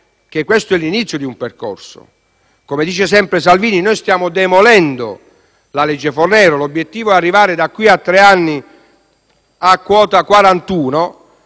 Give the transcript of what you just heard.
questo è l'inizio di un percorso. Come dice sempre Salvini, noi stiamo demolendo la legge Fornero; l'obiettivo è quello di arrivare, da qui a tre anni, a quota 41.